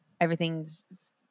Everything's